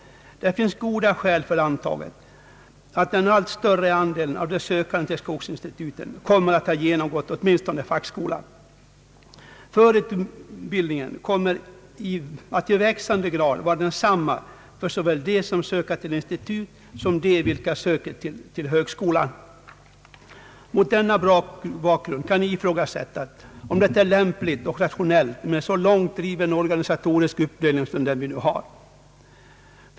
Det finns goda skäl för antagandet att den allt större delen av de sökande till skogsinstituten kommer att ha genomgått åtminstone fackskola. Förutbildningen kommer att i växande grad vara densamma såväl för dem som söker till instituten som för dem som söker till högskolan. Mot denna bakgrund kan ifrågasättas om det är lämpligt och rationellt med en så långt driven organisatorisk uppdelning som den vi nu har.